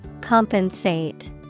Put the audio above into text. Compensate